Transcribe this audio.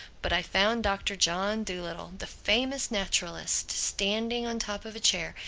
but i found doctor john dolittle, the famous naturalist, standing on top of a chair,